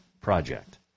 project